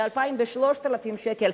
2,000 ו-3,000 שקל,